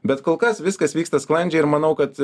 bet kol kas viskas vyksta sklandžiai ir manau kad